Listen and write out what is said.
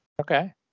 Okay